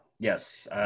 Yes